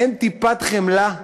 אין טיפת חמלה?